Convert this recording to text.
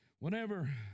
Whenever